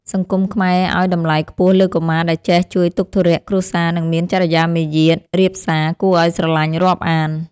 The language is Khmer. សង្គមខ្មែរឱ្យតម្លៃខ្ពស់លើកុមារដែលចេះជួយទុក្ខធុរៈគ្រួសារនិងមានចរិយាមារយាទរាបសារគួរឱ្យស្រឡាញ់រាប់អាន។